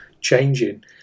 changing